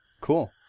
Cool